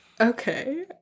Okay